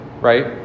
right